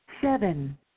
Seven